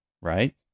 right